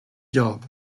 job